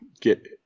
get